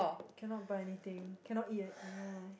cannot buy anything cannot eat animal